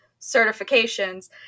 certifications